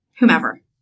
whomever